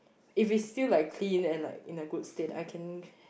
if it's still like clean and like in a good state I can